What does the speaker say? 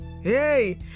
Hey